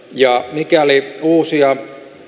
mikäli uusia